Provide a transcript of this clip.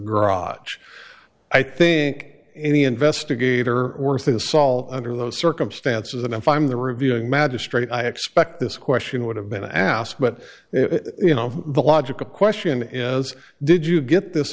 garage i think any investigator worth his salt under those circumstances and if i'm the reviewing magistrate i expect this question would have been asked but you know the logical question is did you get this